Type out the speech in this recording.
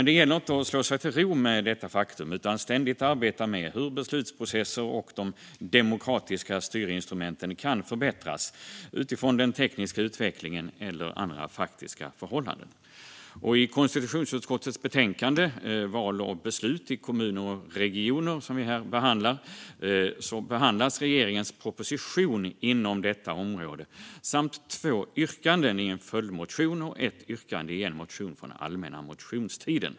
Det gäller dock att inte slå sig till ro med detta faktum utan ständigt arbeta med hur beslutsprocesser och de demokratiska styrinstrumenten kan förbättras mot bakgrund av den tekniska utvecklingen eller andra faktiska förhållanden. I konstitutionsutskottets betänkande Val och beslut i kommuner och regioner , som vi nu debatterar, behandlas regeringens proposition på detta område samt två yrkanden i en följdmotion och ett yrkande i en motion från allmänna motionstiden.